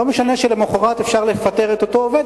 לא משנה שלמחרת אפשר לפטר את אותו עובד,